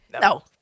No